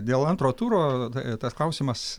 dėl antro turo tas klausimas